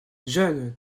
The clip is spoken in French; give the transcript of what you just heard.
jeune